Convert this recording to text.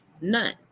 None